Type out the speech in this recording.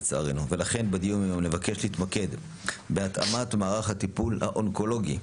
לצערנו ולכן בדיון היום נבקש להתמקד בהתאמת מערך הטיפול האונקולוגי,